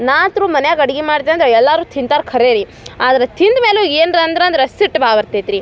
ನಾನು ಅಂತೂ ಮನ್ಯಾಗೆ ಅಡ್ಗೆ ಮಾಡ್ದ್ನಂದ್ರೆ ಎಲ್ಲರೂ ತಿಂತಾರೆ ಕರೆ ರೀ ಆದರೆ ತಿಂದ ಮೇಲೂ ಏನಾರ ಅಂದ್ರೆ ಅಂದ್ರೆ ಸಿಟ್ಟು ಭಾಳ ಬರ್ತೈತೆ ರೀ